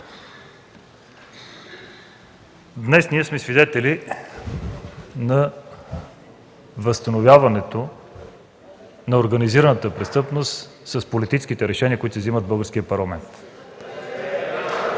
Днес сме свидетели на възстановяването на организираната престъпност с политическите решения, които се вземат в Българския парламент.